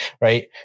right